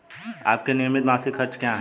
आपके नियमित मासिक खर्च क्या हैं?